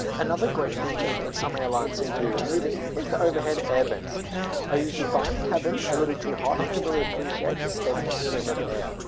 another great feature that some airlines seem to be removing is the overhead air bits i usually find cabins a little too hot and really appreciate the steady stream of air